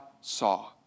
saw